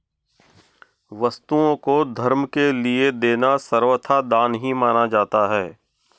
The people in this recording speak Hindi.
वस्तुओं को धर्म के लिये देना सर्वथा दान ही माना जाता है